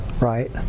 right